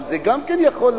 אבל זה גם יכול להפריע,